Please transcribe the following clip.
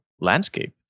landscape